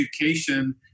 education